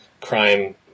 crime